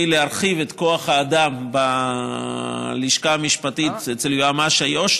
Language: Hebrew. להרחיב את כוח האדם בלשכה המשפטית אצל יועמ"ש איו"ש